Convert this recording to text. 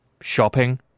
shopping